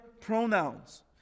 pronouns